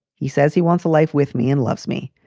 he says he wants a life with me and loves me,